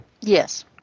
Yes